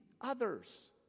others